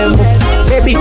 Baby